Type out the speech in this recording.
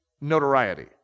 notoriety